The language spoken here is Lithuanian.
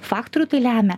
faktorių tai lemia